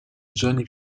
giorni